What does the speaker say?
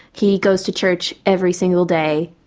he goes to church every single day.